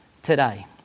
Today